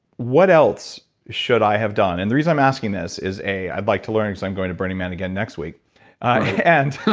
what else should i have done? and the reason i'm asking this is i'd like to learn because i'm going to burning man again next week and